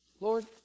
Lord